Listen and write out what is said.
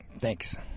Thanks